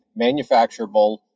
manufacturable